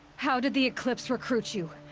how did the eclipse recruit you?